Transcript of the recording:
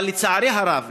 אבל לצערי הרב,